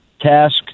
task